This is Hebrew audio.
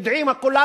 יודעים כולם,